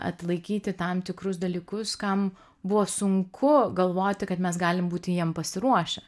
atlaikyti tam tikrus dalykus kam buvo sunku galvoti kad mes galim būti jiem pasiruošę